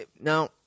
Now